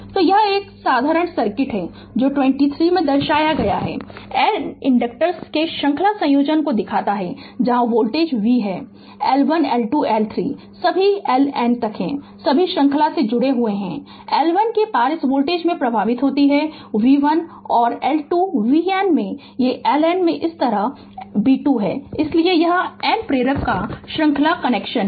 Refer Slide Time 1820 तो यह एक साधारण सर्किट है कि जो २३ में दर्शाया गया है N इंडक्टर्स के श्रृंखला संयोजन को दिखाता है जहां वोल्टेज v है L 1 L 2 L 3 सभी LN तक हैं सभी श्रृंखला में जुड़े हुए हैं जो L 1 के पार इस वोल्टेज में प्रवाहित होता है v1 है और L2 vN में LN में इस तरह b2 है इसलिए यह N प्रेरक का श्रृंखला कनेक्शन है